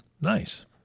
Nice